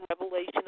revelation